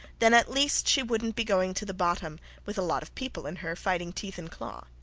then, at least, she wouldnt be going to the bottom with a lot of people in her fighting teeth and claw.